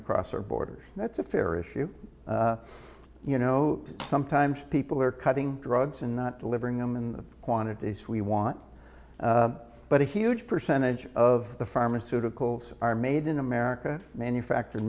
across our borders that's a fair issue you know sometimes people are cutting drugs and not delivering them in the quantities we want but a huge percentage of the pharmaceuticals are made in america manufacture